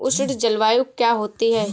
उष्ण जलवायु क्या होती है?